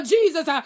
Jesus